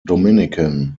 dominican